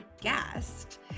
guest